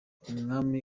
umwami